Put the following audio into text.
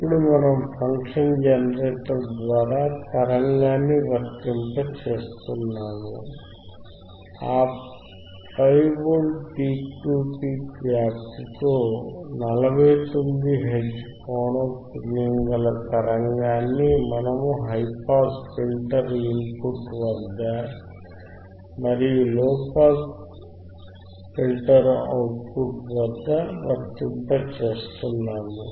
ఇప్పుడు మనము function generator ద్వారా తరంగాన్ని వర్తింపచేస్తున్నాము ఆ 5V పీక్ టు పీక్ వ్యాప్తి తో 49 హెర్ట్జ్ పౌనఃపున్యము గల తరంగాన్ని మనము హైపాస్ ఫిల్టర్ ఇన్ పుట్ వద్ద మరియు లోపాస్ ఫిల్టర్ అవుట్ పుట్ వద్ద వర్తింపచేస్తున్నాము